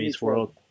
World